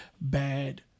bad